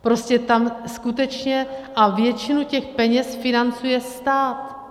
Prostě tam skutečně a většinu těch peněz financuje stát.